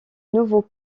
nouveau